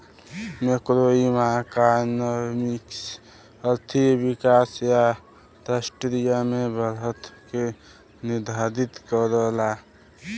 macroeconomics आर्थिक विकास या राष्ट्रीय आय में बढ़त के निर्धारित करला